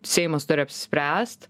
seimas turi apsispręst